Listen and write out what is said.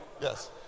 yes